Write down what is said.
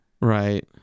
Right